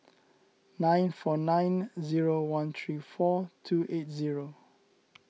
nine four nine zero one three four two eight zero